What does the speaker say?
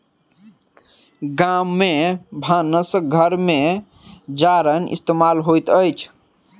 गाम में भानस घर में जारैन इस्तेमाल होइत अछि